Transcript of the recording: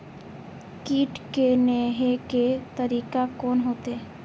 कीट के ने हे के तरीका कोन होते?